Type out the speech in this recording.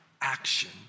action